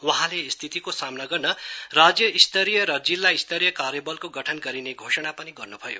वहाँले स्थितिको सामना गर्न राज्य स्तरीय र जिल्ला स्तरीय कार्य बलको गठन गरिने घोषणा पनि गर्नु भयो